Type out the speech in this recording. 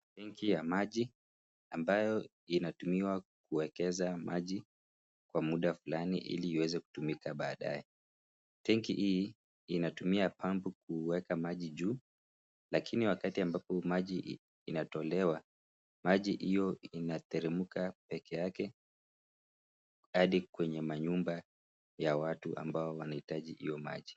Tanki ya maji ambayo inatumika kuwekeza maji kwa muda fulani hili iweza kutumika baadae. Tank hii inatumia pampu kuweka maji juu, lakini ambapo maji inatolewa maji hiyo inateremka pekee yake. Hadi kwenye manyumba ya watu ambao wanahitaji hiyo maji.